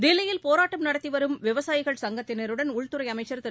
தில்லியில் போராட்டம் நடத்திவரும் விவசாயிகள் சங்கத்தினருடன் உள்துறைஅமைச்சர் திரு